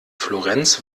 florenz